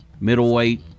Middleweight